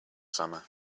summer